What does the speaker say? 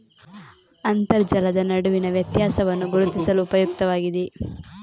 ಅಂತರ್ಜಲದ ನಡುವಿನ ವ್ಯತ್ಯಾಸವನ್ನು ಗುರುತಿಸಲು ಉಪಯುಕ್ತವಾಗಿದೆ